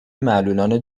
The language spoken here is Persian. معلولان